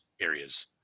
areas